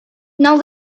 now